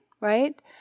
right